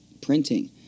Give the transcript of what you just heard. printing